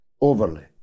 overly